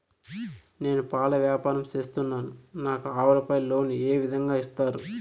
నేను పాల వ్యాపారం సేస్తున్నాను, నాకు ఆవులపై లోను ఏ విధంగా ఇస్తారు